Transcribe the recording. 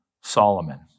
Solomon